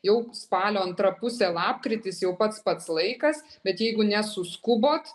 jau spalio antra pusė lapkritis jau pats pats laikas bet jeigu nesuskubot